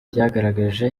byagaragaje